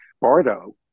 Bardo